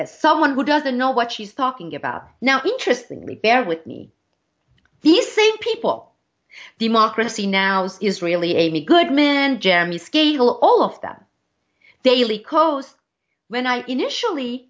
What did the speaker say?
as someone who doesn't know what she's talking about now interesting me bear with me these same people democracy now israeli amy goodman jeremy scahill all of them daily coast when i initially